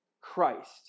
Christ